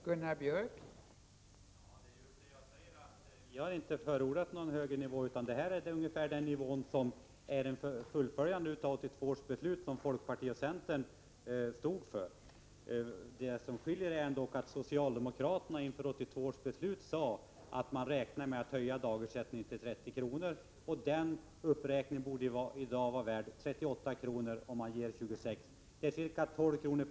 Fru talman! Jag säger just att vi inte har förordat någon högre nivå, utan detta är ungefär den nivå som är ett fullföljande av 1982 års beslut, som folkpartiet och centern stod för. Det som skiljer är att socialdemokraterna inför 1982 års beslut sade att de räknade med att höja dagersättningen till 30 kr., vilket med en uppräkning i dag borde vara värt 38 kr., men nu ger 26 kr. Det är ca 12 kr.